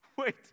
Wait